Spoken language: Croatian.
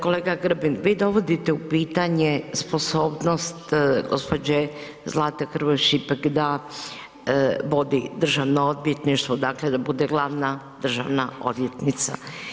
Kolega Grbin vi dovodite u pitanje sposobnost gospođe Zlate Hrvoj Šipek da vodi Državno odvjetništvo dakle da bude glavna državna odvjetnica.